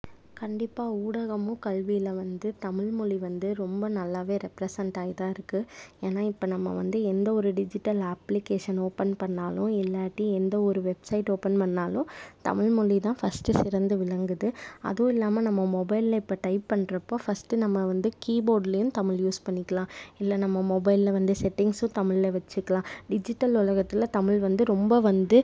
கண்டிப்பாக ஊடகமும் கல்வியில் வந்து தமிழ் மொழி வந்து ரொம்ப நல்லாவே ரெப்ரெசெண்ட்டாகி தான் இருக்குது ஏன்னால் இப்போ நம்ம வந்து எந்த ஒரு டிஜிட்டல் அப்ளிகேஷன் ஓப்பன் பண்ணாலும் இல்லாட்டி எந்த ஒரு வெப்சைட் ஓப்பன் பண்ணாலும் தமிழ் மொழி தான் ஃபஸ்ட்டு சிறந்து விளங்குது அதுவும் இல்லாமல் நம்ம மொபைலில் இப்போ டைப் பண்ணுறப்போ ஃபஸ்ட்டு நம்ம வந்து கீபோர்ட்லேயும் தமிழ் யூஸ் பண்ணிக்கலாம் இல்லை நம்ம மொபைலில் வந்து செட்டிங்ஸும் தமிழில் வெச்சுக்கலாம் டிஜிட்டல் உலகத்தில் தமிழ் வந்து ரொம்ப வந்து